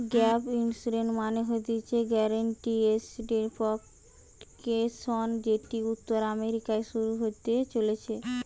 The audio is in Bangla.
গ্যাপ ইন্সুরেন্স মানে হতিছে গ্যারান্টিড এসেট প্রটেকশন যেটি উত্তর আমেরিকায় শুরু হতেছিলো